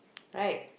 right